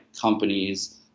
companies